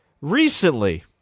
recently